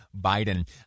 Biden